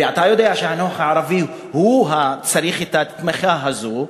ואתה יודע שהחינוך הערבי צריך את התמיכה הזאת,